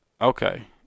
Okay